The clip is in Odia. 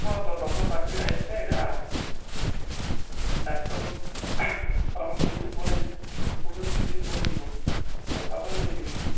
ହଁ ଡାକ୍ତର୍ ପରାମର୍ଶ ଦେଇଛନ୍ତି ପରେ ସେ କହୁଚନ୍ତି ଦି ଦିନି ପରେ ଯିବ ତ ତା'ପରେ ମୁଁ ଯିମି